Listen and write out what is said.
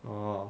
oh